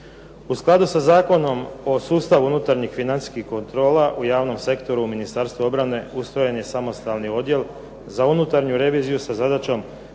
U skladu sa Zakonom o sustavu unutarnjih financijskih kontrola u javnom sektoru Ministarstva obrane ustrojen je samostalni odjel za unutarnju reviziju sa zadaćom